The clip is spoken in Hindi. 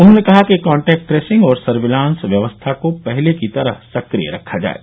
उन्होंने कहा कि कान्टेक्ट ट्रैसिंग और सर्विलांस व्यवस्था को पहले की तरह सक्रिय रखा जाये